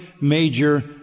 major